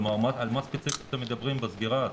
כלומר, על מה ספציפית אתם מדברים בסגירה הזאת?